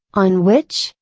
on which,